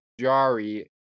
Jari